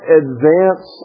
advance